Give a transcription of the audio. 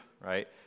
right